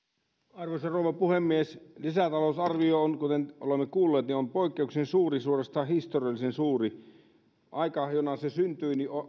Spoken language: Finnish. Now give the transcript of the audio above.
arvoisa rouva puhemies lisätalousarvio on kuten olemme kuulleet poikkeuksellisen suuri suorastaan historiallisen suuri aika jona se syntyi on